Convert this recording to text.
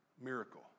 miracle